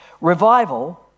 revival